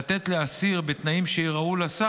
לתת לאסיר חופשה